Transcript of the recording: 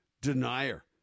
denier